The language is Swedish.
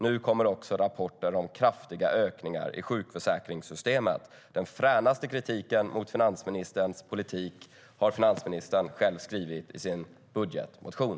Nu kommer också rapporter om kraftiga ökningar i sjukförsäkringssystemet. Den fränaste kritiken mot finansministerns politik har finansministern alltså själv skrivit i sin budgetmotion.